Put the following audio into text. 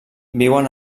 viuen